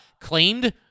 claimed